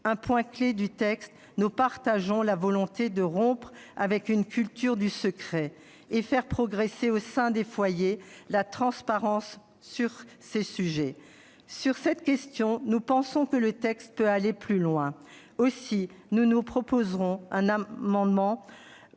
un point clé du texte, nous partageons la volonté de rompre avec la culture du secret et de faire progresser la transparence sur ces sujets au sein des foyers. Nous pensons que le texte peut aller plus loin. Aussi, nous vous proposerons un amendement